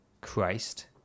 Christ